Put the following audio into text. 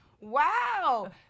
Wow